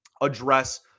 address